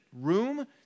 room